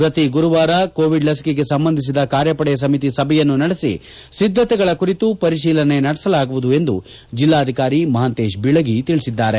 ಪ್ರತಿ ಗುರುವಾರ ಕೋವಿಡ್ ಲಸಿಕೆಗೆ ಸಂಬಂಧಿಸಿದ ಕಾರ್ಯಪಡೆ ಸಮಿತಿ ಸಭೆಯನ್ನು ನಡೆಸಿ ಸಿದ್ದತೆಗಳ ಕುರಿತು ಪರಿಶೀಲನೆ ನಡೆಸಲಾಗುವುದು ಎಂದು ಜಿಲ್ಲಾಧಿಕಾರಿ ಮಹಂತೇಶ್ ಬೀಳಗಿ ತಿಳಿಸಿದರು